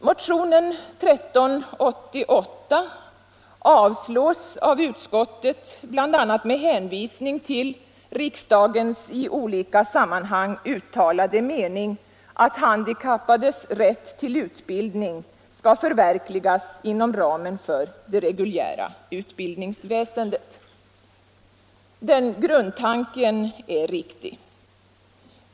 Motionen 1388 har avstyrkts av utskottet, bl.a. med hänvisning till riksdagens i olika sammanhang uttalade mening att handikappades rätt till utbildning skall förverkligas inom ramen för det reguljära utbildningsväsendet. Denna grundtanke är riktig.